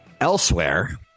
Elsewhere